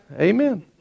Amen